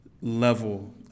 level